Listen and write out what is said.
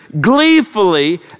gleefully